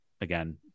again